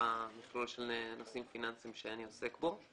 המכלול של נושאים פיננסיים שאני עוסק בו.